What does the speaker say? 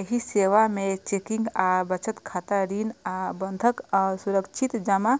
एहि सेवा मे चेकिंग आ बचत खाता, ऋण आ बंधक आ सुरक्षित जमा